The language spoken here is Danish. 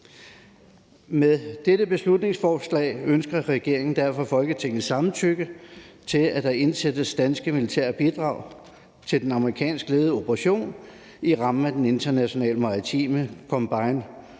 Med dette beslutningsforslag ønsker regeringen derfor Folketingets samtykke til, at der indsættes danske militære bidrag til den amerikansk ledede operation i rammen af den internationale maritime Combined Maritime